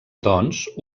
doncs